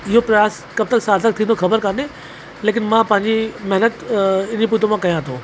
इहो प्रयास कब तक सार्थक थींदो ख़बर काने लेकिन मां पंहिंजी महिनत इनजे पोइतां कयां थो